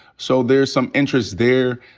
so there's some interest there.